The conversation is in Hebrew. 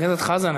חבר הכנסת חזן,